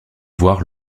voir